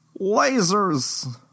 Lasers